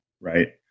right